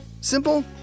Simple